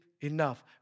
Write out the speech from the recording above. Enough